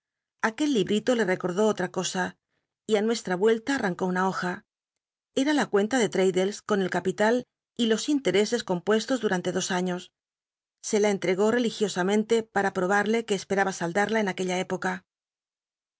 aquel librito le recoi ió oli'a cosa y i nuestra vuelta arrancó una hoja era la cuenta de l'raddles con el e tpilal y los intcrescs compuestos durante dos aiíos se la en ll egó religiosamente para probarle que esperaba saldarla en aquella época